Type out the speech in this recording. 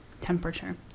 Temperature